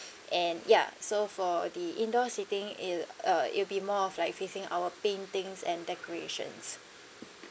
and ya so for the indoor seating it uh it'll be more of like facing our paintings and decorations